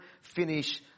finish